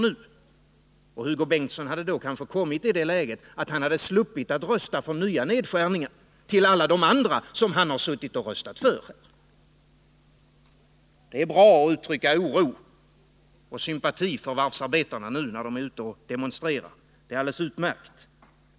Kanske hade Hugo Bengtsson kommit i det läget, att han hade sluppit att rösta för nya nedskärningar utöver alla de andra som han redan röstat för. Det är bra att man kan uttrycka oro och sympati för varvsarbetarna nu när de är ute och demonstrerar — det är alldeles utmärkt.